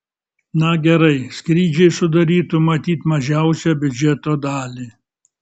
na gerai skrydžiai sudarytų matyt mažiausią biudžeto dalį